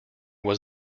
was